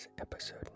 episode